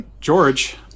George